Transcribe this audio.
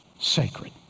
sacred